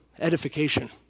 edification